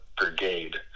brigade